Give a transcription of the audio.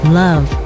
love